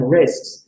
risks